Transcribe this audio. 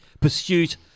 pursuit